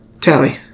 tally